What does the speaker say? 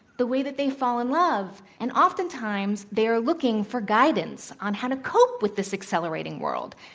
the way that they fall in love. and oftentimes, they are looking for guidance on how to cope with this accelerating world.